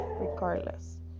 regardless